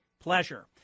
Pleasure